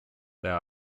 there